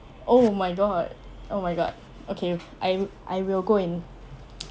oh my god oh my god okay I I will go and